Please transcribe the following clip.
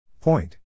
Point